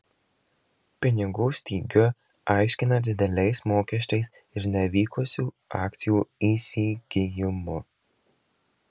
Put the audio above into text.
pinigų stygių aiškina dideliais mokesčiais ir nevykusiu akcijų įsigijimu